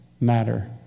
matter